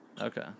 Okay